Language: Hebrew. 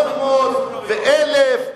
ו-300 ו-1,000.